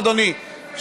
אדוני,